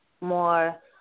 more